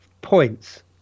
points